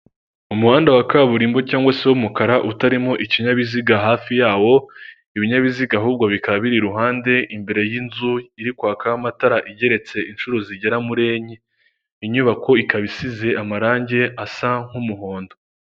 Umuhanda wa kaburimbo cyangwa se w'umukara utarimo ikinyabiziga hafi yawo, ibinyabiziga ahubwo bikaba biri iruhande imbere y'inzu iri kwakaho amatara igeretse inshuro zigera muri enye, inyubako ikaba isize amarangi asa nk'umuhondo